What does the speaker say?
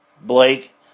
Blake